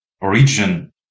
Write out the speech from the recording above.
origin